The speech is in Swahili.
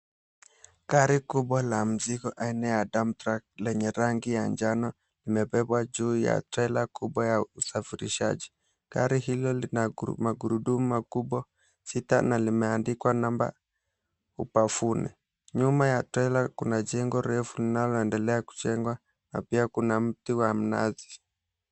Gari kubwa la mzigo aina ya dump truck lenye rangi ya njano limebebwa juu ya trela kubwa ya usafirishaji. Gari hilo lina magurudumu makubwa sita na limeandikwa namba ubavuni. Nyuma ya trela kuna jengo refu linaloendelea kujengwa na pia kuna mti wa mnazi.